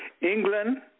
England